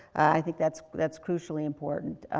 i think that's, that's crucially important.